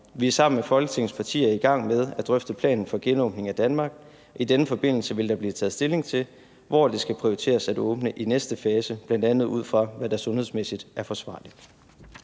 Vi er sammen med Folketingets partier i gang med at drøfte planen for genåbningen af Danmark. I denne forbindelse vil der blive taget stilling til, hvor det skal prioriteres at åbne i næste fase, bl.a. ud fra hvad der er sundhedsmæssigt forsvarligt.